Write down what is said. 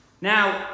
Now